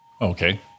Okay